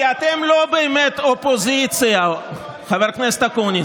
כי אתם לא באמת אופוזיציה, חבר הכנסת אקוניס.